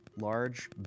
Large